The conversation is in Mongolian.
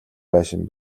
байшин